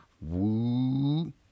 woo